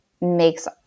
makes